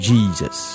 Jesus